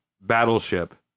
Battleship